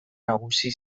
nagusi